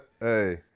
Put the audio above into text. Hey